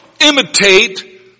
imitate